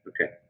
Okay